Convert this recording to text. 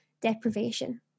deprivation